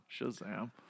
Shazam